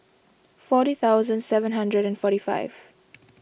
forty thousand seven hundred and forty five